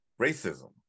racism